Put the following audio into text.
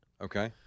Okay